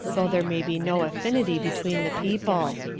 though there may be no affinity between the people,